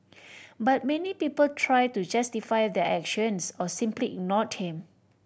but many people try to justify their actions or simply ignored him